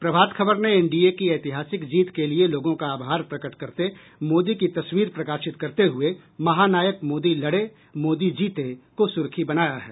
प्रभात खबर ने एनडीए की ऐतिहासिक जीत के लिये लोगों का आभार प्रकट करते मोदी की तस्वीर प्रकाशित करते हुये महानायक मोदी लड़े मोदी जीते को सुर्खी बनाया है